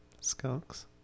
Skunks